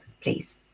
please